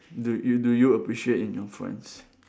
do you do you appreciate in your friends